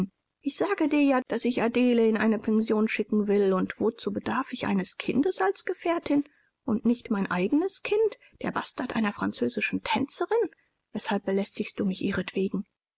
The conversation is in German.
ich sage dir ja daß ich adele in eine pension schicken will und wozu bedarf ich eines kindes als gefährtin und nicht mein eigenes kind der bastard einer französischen tänzerin weshalb belästigst du mich ihretwegen